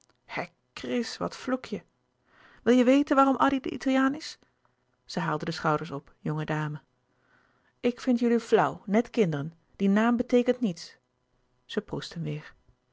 chris wat vloek je wil je weten waarom addy de italiaan is ze haalde de schouders op jonge dame ik vind jullie flauw net kinderen die naam beteekent niets zij proestten weêr